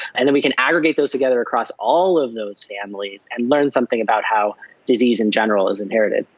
and then we can aggregate those together across all of those families and learn something about how disease in general is inherited.